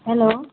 hello